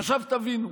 עכשיו תבינו,